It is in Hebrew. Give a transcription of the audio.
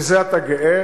בזה אתה גאה?